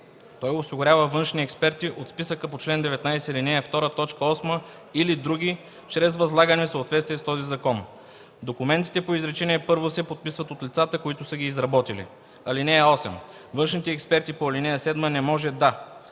той осигурява външни експерти от списъка по чл. 19, ал. 2, т. 8 или други, чрез възлагане в съответствие с този закон. Документите по изречение първо се подписват от лицата, които са ги изработили.”. (8) Външните експерти по ал. 7 не може да: